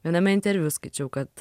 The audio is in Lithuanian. viename interviu skaičiau kad